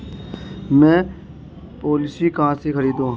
मैं पॉलिसी कहाँ से खरीदूं?